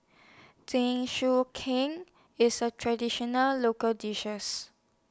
Jingisukan IS A Traditional Local dishes